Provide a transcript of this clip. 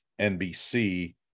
NBC